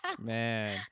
Man